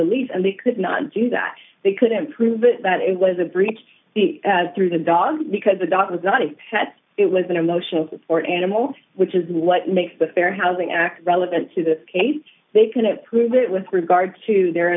the lease and they could not do that they couldn't prove that it was a breach through the dogs because the dog was not a pet it was an emotional support animal which is what makes the fair housing act relevant to this case they cannot prove it with regard to their